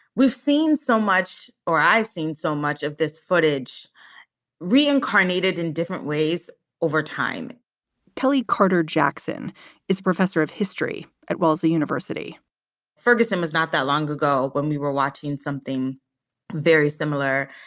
we've seen so much or i've seen so much of this footage reincarnated in different ways over time kelley carter jackson is professor of history at wellesley university ferguson is not that long ago when we were watching something very similar.